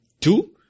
Two